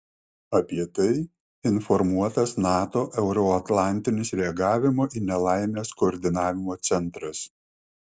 apie tai informuotas nato euroatlantinis reagavimo į nelaimes koordinavimo centras